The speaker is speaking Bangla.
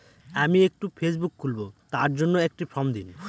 আমি একটি ফেসবুক খুলব তার জন্য একটি ফ্রম দিন?